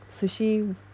sushi